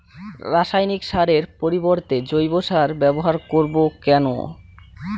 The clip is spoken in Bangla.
রাসায়নিক সারের পরিবর্তে জৈব সারের ব্যবহার করব কেন?